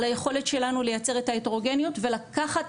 על היכולת שלנו לייצר את ההטרוגניות ולקחת